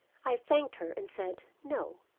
i thanked her and said no,